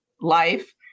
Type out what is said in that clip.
life